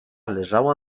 leżała